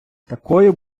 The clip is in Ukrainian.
такою